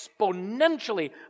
exponentially